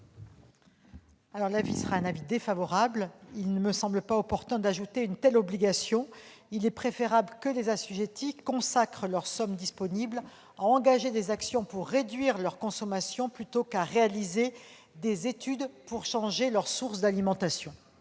l'avis de la commission ? Il ne me semble pas opportun d'ajouter une telle obligation. Il est préférable que les assujettis consacrent leurs sommes disponibles à engager des actions pour réduire leur consommation plutôt qu'à réaliser des études pour changer leurs sources d'alimentation.